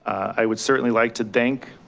i would certainly like to thank